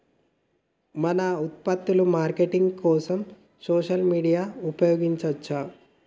మన ఉత్పత్తుల మార్కెటింగ్ కోసం సోషల్ మీడియాను ఉపయోగించవచ్చా?